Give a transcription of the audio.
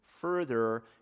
further